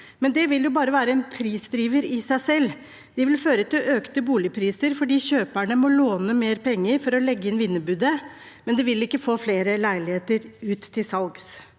men det vil bare være en prisdriver i seg selv. Det vil føre til økte boligpriser fordi kjøperne må låne mer penger for å legge inn vinnerbudet, men det vil ikke bli flere leiligheter til salgs.